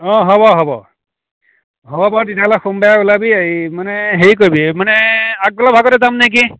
হ'ব হ'ব হ'ব তেতিয়াহ'লে সোমবাৰে ওলাবি এই মানে হেৰি কৰিবি মানে আগবেলা ভাগতে যামনে কি